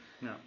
no